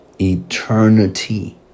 Eternity